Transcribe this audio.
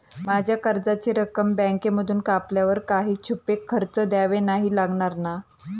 माझ्या कर्जाची रक्कम बँकेमधून कापल्यावर काही छुपे खर्च द्यावे नाही लागणार ना?